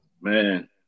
Man